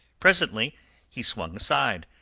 presently he swung aside,